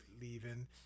leaving